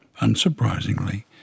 unsurprisingly